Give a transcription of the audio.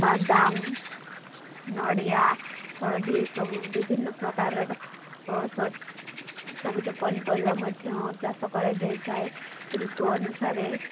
ବାଦାମ ନଡ଼ିଆ ହଳଦୀ ଏସବୁ ବିଭିନ୍ନ ପ୍ରକାରର ସ ସବୁଜ ପନିପରିବା ମଧ୍ୟ ଚାଷ କରା ଯାଇଥାଏ ଋତୁ ଅନୁସାରେ